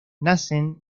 nacen